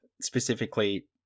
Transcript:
specifically